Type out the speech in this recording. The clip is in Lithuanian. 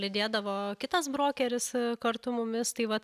lydėdavo kitas brokeris kartu mumis tai vat